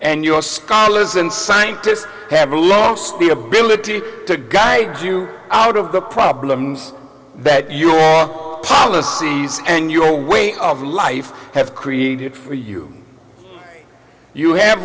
and your scholars and scientists have lost the ability to guy you out of the problems that your policies and your way of life have created for you you have